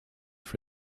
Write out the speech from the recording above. for